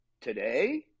today